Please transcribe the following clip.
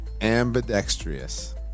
Ambidextrous